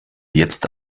jetzt